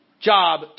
job